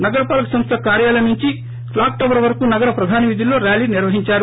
నగరపాలక సంస్ల కార్యాలయం నుంచి క్లాక్ టవర్ వరకు నగర ప్రధాన వీధుల్లో ర్కాలీ నిర్వహించారు